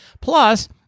Plus